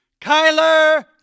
Kyler